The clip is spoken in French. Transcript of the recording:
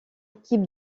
équipe